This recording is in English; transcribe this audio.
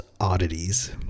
oddities